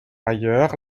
ailleurs